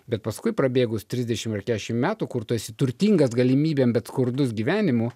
bet paskui prabėgus trisdešimt ar keturiasdešimt metų kur tu esi turtingas galimybėm bet skurdus gyvenimu